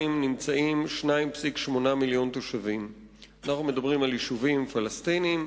מתגוררים 2.8 מיליוני תושבים ביישובים פלסטיניים,